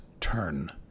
turn